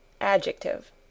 ADJECTIVE